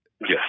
Yes